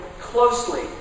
closely